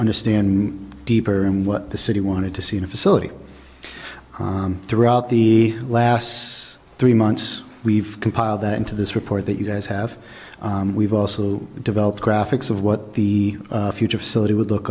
understand deeper in what the city wanted to see in a facility throughout the last three months we've compiled that into this report that you guys have we've also developed graphics of what the future of syllabi would look